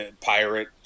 pirate